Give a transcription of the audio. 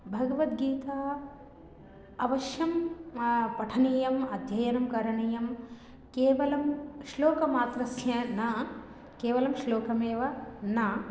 भगवद्गीता अवश्यं पठनीयम् अध्ययनं करणीयं केवलं श्लोकमात्रस्य न केवलं श्लोकमेव न